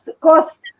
cost